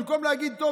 במקום להגיד: טוב,